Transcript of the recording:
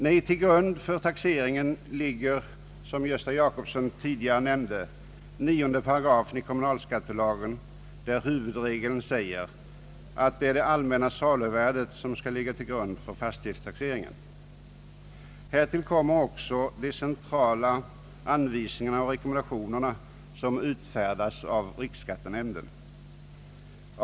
Nej, till grund för taxeringen ligger — som herr Gösta Jacobsson tidigare nämnde — 9 § kommunalskattelagen där huvudregeln säger att det är det allmänna saluvärdet som skall ligga till grund för fastighetstaxeringen. Härtill kommer också de centrala anvisningar och rekommendationer som utfärdas av riksskattenämnden.